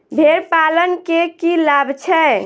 भेड़ पालन केँ की लाभ छै?